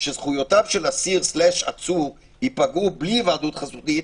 שזכויותיו של אסיר / עצור ייפגעו בלי היוועדות חזותית?